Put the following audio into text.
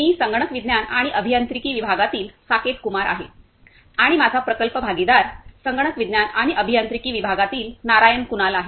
मी संगणक विज्ञान आणि अभियांत्रिकी विभागातील साकेत कुमार आहे आणि माझा प्रकल्प भागीदार संगणक विज्ञान आणि अभियांत्रिकी विभागातील नारायण कुणाल आहे